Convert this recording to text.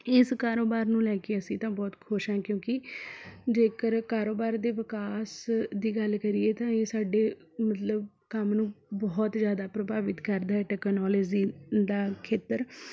ਇਸ ਕਾਰੋਬਾਰ ਨੂੰ ਲੈ ਕੇ ਅਸੀਂ ਤਾਂ ਬਹੁਤ ਖੁਸ਼ ਹਾਂ ਕਿਉਂਕਿ ਜੇਕਰ ਕਾਰੋਬਾਰ ਦੇ ਵਿਕਾਸ ਦੀ ਗੱਲ ਕਰੀਏ ਤਾਂ ਇਹ ਸਾਡੇ ਮਤਲਬ ਕੰਮ ਨੂੰ ਬਹੁਤ ਜ਼ਿਆਦਾ ਪ੍ਰਭਾਵਿਤ ਕਰਦਾ ਟੈਕਨੋਲਜੀ ਦਾ ਖੇਤਰ